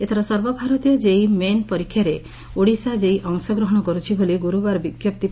ଏଥର ସର୍ବଭାରତୀୟ JEE main ପରୀକ୍ଷାରେ ଓଡ଼ିଶାର ଜେଇଇ ଅଂଶଗ୍ରହଶ କରୁଛି ବୋଲି ଗୁରୁବାର ବି ବି ହେବ